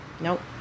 Nope